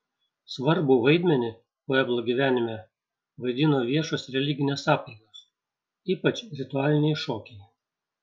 svarbų vaidmenį pueblo gyvenime vaidino viešos religinės apeigos ypač ritualiniai šokiai